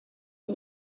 die